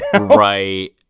right